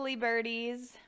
birdies